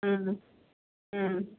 ம் ம்